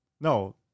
No